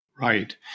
Right